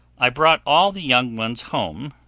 i brought all the young ones home,